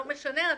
לא משנה,